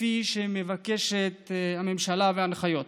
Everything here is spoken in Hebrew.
כפי שמבקשת הממשלה בהנחיות.